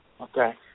okay